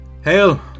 hail